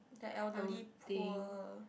the elderly poor